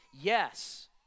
Yes